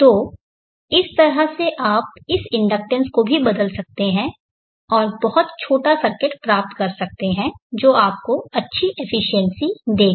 तो इस तरह से आप इस इंडक्टेंस को भी बदल सकते हैं और बहुत छोटा सर्किट प्राप्त कर सकते हैं जो आपको अच्छी एफिशिएंसी देगा